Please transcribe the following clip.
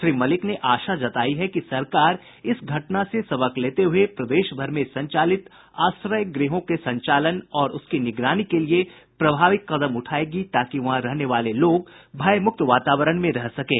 श्री मलिक ने आशा जतायी है कि सरकार इस घटना से सबक लेते हुए प्रदेश भर में संचालित आश्रय गृहों के संचालन और उनकी निगरानी के लिये प्रभावी कदम उठायेगी ताकि वहां रहने वाले लोग भयमुक्त वातावरण में रह सकें